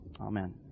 Amen